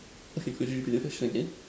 okay could you repeat that question again